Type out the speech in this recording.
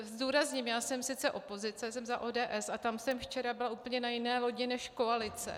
Zdůrazňuji, že já jsem sice z opozice, jsem za ODS, a tam jsem včera byla úplně na jiné lodi než koalice.